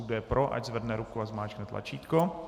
Kdo je pro, ať zvedne ruku a zmáčkne tlačítko.